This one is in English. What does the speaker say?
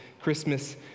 Christmas